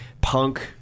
punk